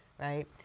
right